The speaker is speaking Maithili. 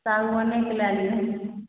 सागबानेके लै लिअ